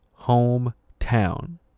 hometown